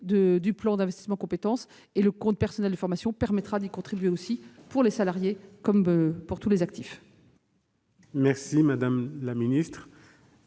du plan d'investissement compétences et le compte personnel de formation permettra d'y contribuer pour les salariés comme pour tous les actifs. La parole est